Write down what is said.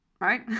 right